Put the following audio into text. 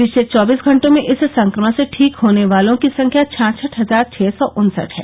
पिछले चौबीस घंटों में इस संक्रमण से ठीक होने वालों की संख्या छाछठ हजार छः सौ उन्सठ है